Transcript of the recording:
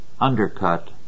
undercut